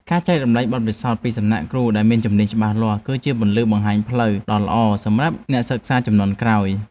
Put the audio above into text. ការចែករំលែកបទពិសោធន៍ពីសំណាក់គ្រូដែលមានជំនាញច្បាស់លាស់ គឺជាពន្លឺបង្ហាញផ្លូវដ៏ល្អសម្រាប់អ្នកសិក្សាជំនាន់ក្រោយ។